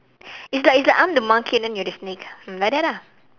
it's like it's like I'm the monkey and then you are the snake mm like that ah